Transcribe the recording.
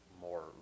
more